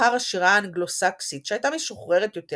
אחר השירה האנגלוסקסית שהייתה משוחררת יותר